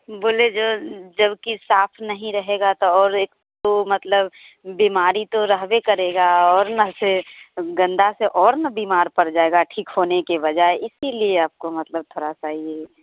बोले जो जब कि साफ़ नहीं रहेगा तो और एक तो मतलब बीमारी तो रहवे करेगा और ना से गन्दा और ना बीमार पड़ जाएगा ठीक होने के बजाए इसी लिए आपको मतलब तोड़ा सा यह